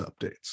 updates